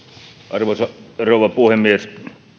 arvoisa rouva puhemies